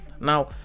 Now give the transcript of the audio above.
Now